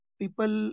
people